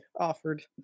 offered